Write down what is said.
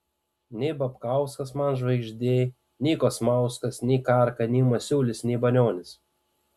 nei babkauskas man žvaigždė nei kosmauskas nei karka nei masiulis nei banionis